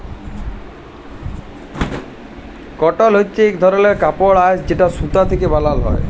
কটল হছে ইক ধরলের কাপড়ের আঁশ যেট সুতা থ্যাকে বালাল হ্যয়